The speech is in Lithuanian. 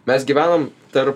mes gyvenam tarp